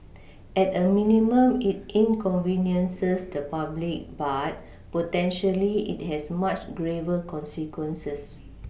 at a minimum it inconveniences the public but potentially it has much graver consequences